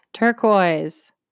Turquoise